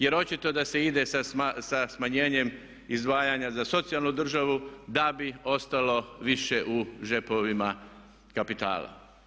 Jer očito je da se ide sa smanjenjem izdvajanja za socijalnu državu da bi ostalo više u džepovima kapitala.